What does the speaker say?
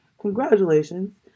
congratulations